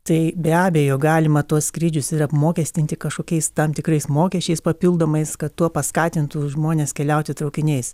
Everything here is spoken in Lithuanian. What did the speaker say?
tai be abejo galima tuos skrydžius ir apmokestinti kažkokiais tam tikrais mokesčiais papildomais kad tuo paskatintų žmones keliauti traukiniais